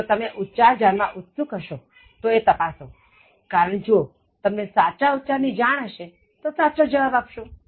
જો તમે ઉચ્ચાર જાણવા ઉત્સુક હશો તો એ તપાસો કારણ જો તમને સાચા ઉચ્ચાર ની જાણ હશે તો સાચો જવાબ આપશો